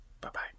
bye-bye